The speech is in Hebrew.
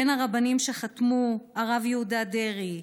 בין הרבנים שחתמו: הרב יהודה דרעי,